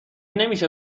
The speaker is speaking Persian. نمیشه